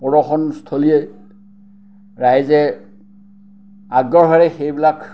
প্ৰদৰ্শনস্থলীয়ে ৰাইজে আগ্ৰহেৰে সেইবিলাক